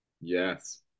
Yes